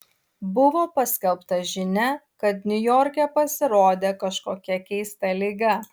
buvo paskelbta žinia kad niujorke pasirodė kažkokia keista liga